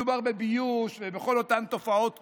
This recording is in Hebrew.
מדובר בביוש ובכל אותן תופעות קשות.